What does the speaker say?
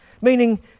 Meaning